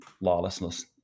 lawlessness